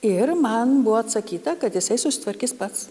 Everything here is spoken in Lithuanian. ir man buvo atsakyta kad jisai susitvarkys pats